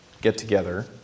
get-together